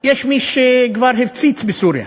יש מי שכבר הפציץ בסוריה